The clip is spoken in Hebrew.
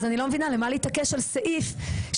אז אני לא מבינה למה להתעקש על סעיף שכרגע